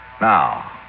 Now